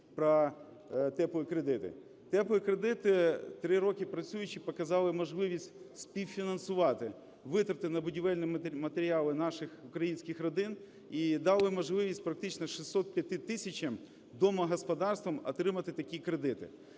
про "теплі" кредити. "Теплі" кредити, три роки працюючи, показали можливість співфінансувати витрати на будівельні матеріали наших українських родин і дали можливість практично 605 тисячам домогосподарств отримати такі кредити.